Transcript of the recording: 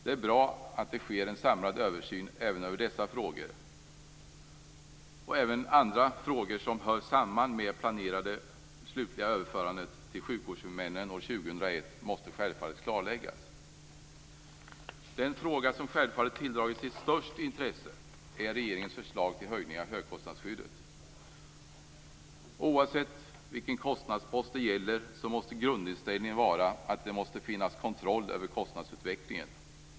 Det är bra att det sker en samlad översyn även av dessa frågor. Även andra frågor som hör samman med det planerade slutliga överförandet till sjukvårdshuvudmännen år 2001 måste självfallet klarläggas. Den fråga som tilldragit sig störst intresse är regeringens förslag till höjning av högkostnadsskyddet. Oavsett vilken kostnadspost det gäller måste grundinställningen vara att man skall ha kontroll över kostnadsutvecklingen.